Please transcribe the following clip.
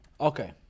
Okay